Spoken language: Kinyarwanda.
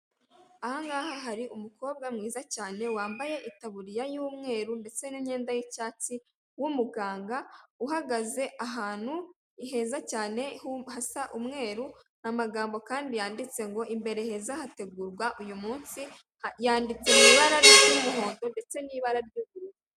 Ipoto rishinze iruhande rw'umuhanda, hejuru hariho itara ndetse n'insinga zijyana amashanyarazi ahandi munsi, hari umugabo uri gutambuka wambaye umupira n'ipantaro y'umukara.